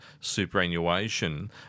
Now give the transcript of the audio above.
superannuation